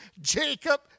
Jacob